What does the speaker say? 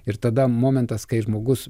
ir tada momentas kai žmogus